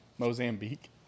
Mozambique